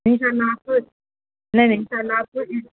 نہیں سر میں آپ کو نہیں نہیں انشاء اللہ آپ کو